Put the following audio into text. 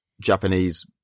Japanese